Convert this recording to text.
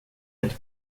inte